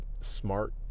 smart